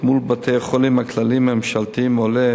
מול בתי-החולים הכלליים הממשלתיים עולה